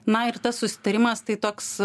na ir tas susitarimas tai toks